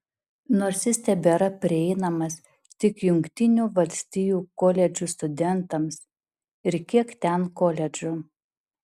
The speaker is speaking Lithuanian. nors jis tebėra prieinamas tik jungtinių valstijų koledžų studentams ir kiek ten koledžų